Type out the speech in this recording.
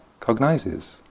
cognizes